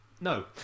No